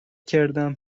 کردهام